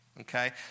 Okay